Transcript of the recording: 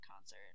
concert